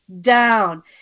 down